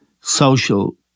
social